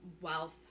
wealth